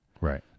right